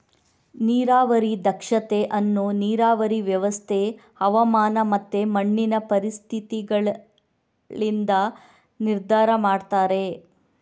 ನೀರಾವರಿ ದಕ್ಷತೆ ಅನ್ನು ನೀರಾವರಿ ವ್ಯವಸ್ಥೆ, ಹವಾಮಾನ ಮತ್ತೆ ಮಣ್ಣಿನ ಪರಿಸ್ಥಿತಿಗಳಿಂದ ನಿರ್ಧಾರ ಮಾಡ್ತಾರೆ